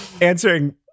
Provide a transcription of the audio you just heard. answering